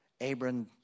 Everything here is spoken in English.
Abram